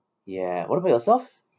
ya what about yourself